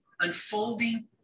unfolding